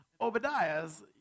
Obadiah's